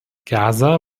gaza